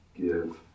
Give